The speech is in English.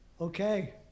Okay